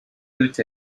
put